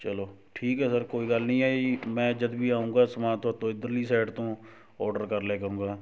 ਚਲੋ ਠੀਕ ਹੈ ਸਰ ਕੋਈ ਗੱਲ ਨਹੀਂ ਹੈ ਜੀ ਮੈਂ ਜਦ ਵੀ ਆਉਂਗਾ ਸਮਾਨ ਤੁਹਾਤੋਂ ਇਧਰਲੀ ਸਾਈਡ ਤੋਂ ਔਰਡਰ ਕਰ ਲਿਆ ਕਰੂੰਗਾ